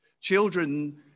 Children